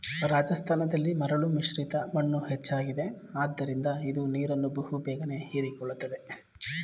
ರಾಜಸ್ಥಾನದಲ್ಲಿ ಮರಳು ಮಿಶ್ರಿತ ಮಣ್ಣು ಹೆಚ್ಚಾಗಿದೆ ಆದ್ದರಿಂದ ಇದು ನೀರನ್ನು ಬಹು ಬೇಗನೆ ಹೀರಿಕೊಳ್ಳುತ್ತದೆ